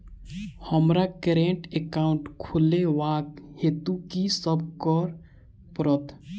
हमरा current account खोलेवाक हेतु की सब करऽ पड़त?